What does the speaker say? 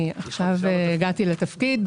אני עכשיו הגעתי לתפקיד.